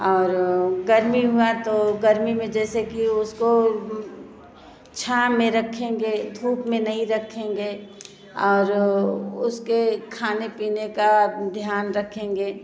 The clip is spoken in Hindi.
और गर्मी हुआ तो गर्मी मेन जैसे कि उसको छाऊं में रखेंगे धूप में नहीं रखेंगे और उसके खाने पीने का ध्यान रखेंगे